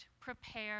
prepare